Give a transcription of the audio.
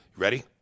ready